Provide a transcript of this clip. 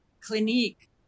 Clinique